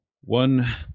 one